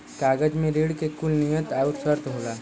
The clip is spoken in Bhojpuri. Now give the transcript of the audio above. कागज मे ऋण के कुल नियम आउर सर्त होला